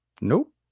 Nope